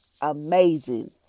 amazing